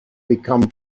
become